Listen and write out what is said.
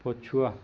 ପଛୁଆ